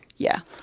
yeah.